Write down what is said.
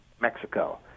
Mexico